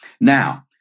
Now